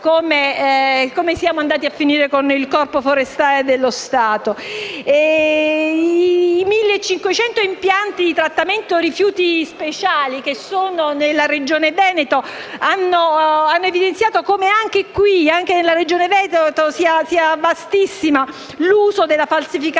come siamo andati a finire con il Corpo forestale dello Stato). I 1.500 impianti di trattamento rifiuti speciali che sono nella Regione Veneto hanno evidenziato come, anche lì, sia vastissimo l'uso della falsificazione